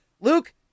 Luke